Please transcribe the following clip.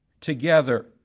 together